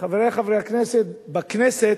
חברי חברי הכנסת, בכנסת,